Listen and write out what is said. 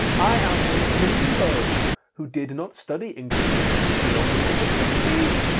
i am a himbo who did not study english literature beyond the age of sixteen.